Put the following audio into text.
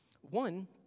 One